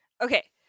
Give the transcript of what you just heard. Okay